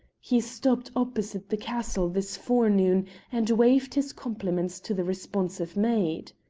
he stopped opposite the castle this forenoon and waved his compliments to the responsive maid.